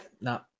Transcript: No